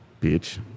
Bitch